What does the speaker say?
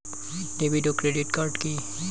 David ও credit card কি?